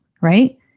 Right